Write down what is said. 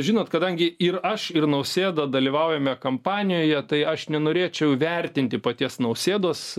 žinot kadangi ir aš ir nausėda dalyvaujame kampanijoje tai aš nenorėčiau vertinti paties nausėdos